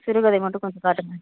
சிறுகதை மட்டும் கொஞ்சம் காட்டுங்கள்